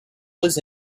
was